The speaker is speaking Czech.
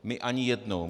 My ani jednou.